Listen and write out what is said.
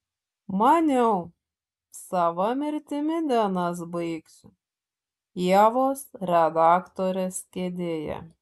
maniau sava mirtimi dienas baigsiu ievos redaktorės kėdėje